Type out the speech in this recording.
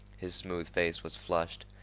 his smooth face was flushed,